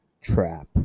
trap